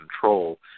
control